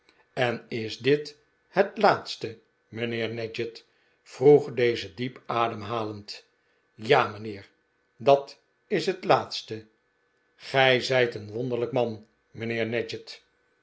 en is dit het laatste mijnheer nadgett vroeg deze diep ademhalend ja mijnheer dat is het laatste gij zijt een verwonderlijk man mijnheer